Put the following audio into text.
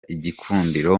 igikundiro